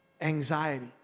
anxiety